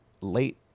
late